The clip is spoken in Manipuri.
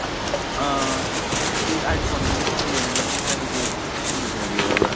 ꯁꯤ ꯑꯥꯏ ꯐꯣꯟ ꯑꯃ ꯌꯣꯟꯒꯅꯤ ꯍꯥꯏꯕꯗꯨ ꯁꯤ ꯑꯣꯏꯕꯤꯔꯕ꯭ꯔꯥ